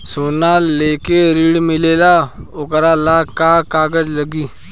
सोना लेके ऋण मिलेला वोकरा ला का कागज लागी?